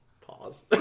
Pause